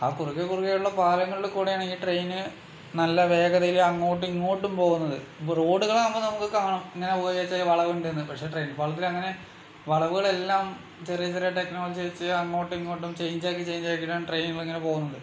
ആ കുറുകെ കുറുകെയുള്ള പാളങ്ങളിൽക്കൂടിയാണ് ഈ ട്രെയിൻ നല്ല വേഗത്തിൽ അങ്ങോട്ടും ഇങ്ങോട്ടും പോകുന്നത് അപ്പോൾ റോഡുകളാകുമ്പോൾ നമുക്ക് ഇങ്ങനെ പോയാച്ചാൽ കാണാം വളവുണ്ടെന്ന് പക്ഷെ റെയിൽ പാളത്തിലങ്ങനെ വളവുകളെല്ലാം ചെറിയ ചെറിയ ടെക്നോളജി വെച്ച് അങ്ങോട്ടും ഇങ്ങോട്ടും ചേഞ്ച് ആക്കി ചേഞ്ച് ആക്കിയിട്ട് ട്രെയിനുകളിങ്ങനെ പോകുന്നുണ്ട്